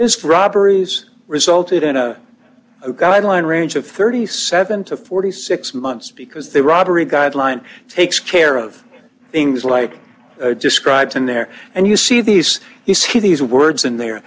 is robberies resulted in a guideline range of thirty seven to forty six months because the robbery guideline takes care of things like described in there and you see these you see these words in the